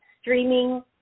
streaming